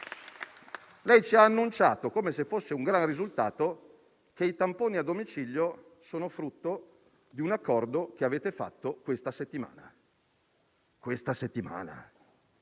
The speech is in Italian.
lei ci ha annunciato come se fosse un gran risultato che i tamponi a domicilio sono frutto di un accordo che avete fatto questa settimana. Questa settimana?